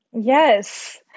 Yes